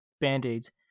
Band-Aids